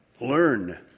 Learn